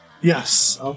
Yes